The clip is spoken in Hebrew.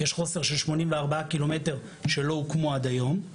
יש חוסר של 84 קילומטר שלא הוקמו עד היום,